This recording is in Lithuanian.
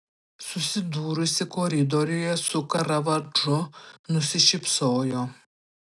susidūrusi koridoriuje su karavadžu nusišypsojo